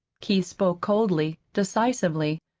keith spoke coldly, decisively.